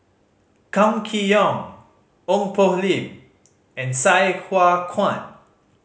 Kam Kee Yong Ong Poh Lim and Sai Hua Kuan